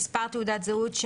מספר תעודת הזהות,